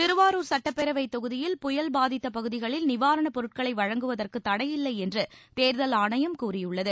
திருவாரூர் சட்டப்பேரவைத் தொகுதியில் புயல் பாதித்த பகுதிகளில் நிவாரணப் பொருட்களை வழங்குவதற்கு தடையில்லை என்று தேர்தல் ஆணையம் கூறியுள்ளது